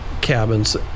cabins